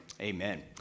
Amen